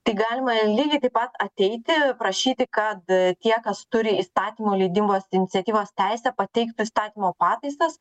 tai galima lygiai taip pat ateiti prašyti kad tie kas turi įstatymų leidybos iniciatyvos teisę pateiktų įstatymo pataisas